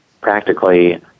practically